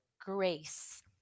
grace